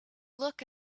look